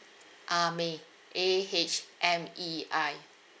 ah mei A H M E I